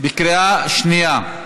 בקריאה שנייה.